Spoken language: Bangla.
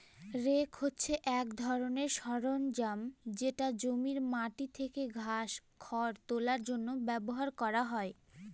রেক হছে এক ধরনের সরঞ্জাম যেটা জমির মাটি থেকে ঘাস, খড় তোলার জন্য ব্যবহার করা হয়